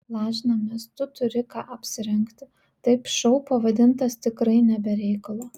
lažinamės tu turi ką apsirengti taip šou pavadintas tikrai ne be reikalo